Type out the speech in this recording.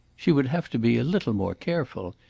she would have to be a little more careful,